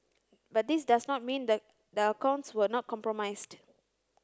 but this does not mean that the accounts were not compromised